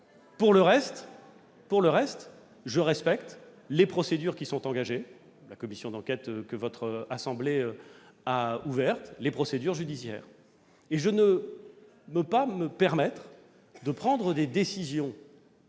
Pour le reste, je respecte les procédures qui sont engagées, notamment la commission d'enquête que votre assemblée a ouverte et les procédures judiciaires. Je ne peux pas me permettre de prendre des décisions